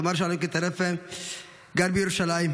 סמל ראשון עלמקאן טרפה גר בירושלים,